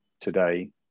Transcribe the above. today